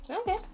Okay